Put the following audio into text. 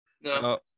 No